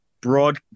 broad